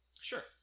Sure